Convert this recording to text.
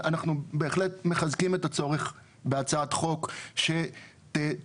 אנחנו בהחלט מחזקים את הצורך בהצעת חוק שתכניס